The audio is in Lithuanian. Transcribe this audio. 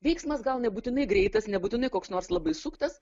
vyksmas gal nebūtinai greitas nebūtinai koks nors labai suktas